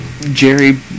Jerry